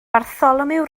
bartholomew